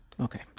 Okay